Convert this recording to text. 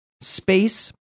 Space